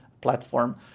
platform